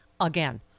again